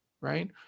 right